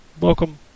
Welcome